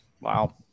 Wow